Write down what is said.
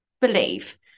believe